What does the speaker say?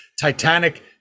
titanic